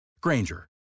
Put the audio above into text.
Granger